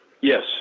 Yes